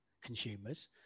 consumers